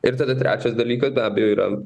ir tada trečias dalykas be abejo yra